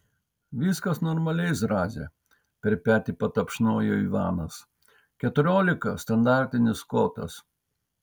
viskas normaliai zraze per petį patapšnojo ivanas keturiolika standartinis kotas